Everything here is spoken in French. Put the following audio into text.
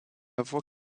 voix